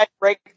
break